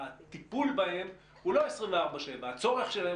הטיפול בהם הוא לא 24/7. הצורך שלהם